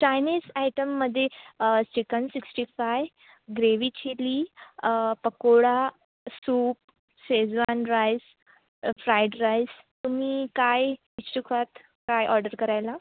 Chinese आयटममध्ये chicken sixty five gravy chilli pakoda soup schezwan rice fried rice तुम्ही काय इच्छुक आत काय ऑर्डर करायला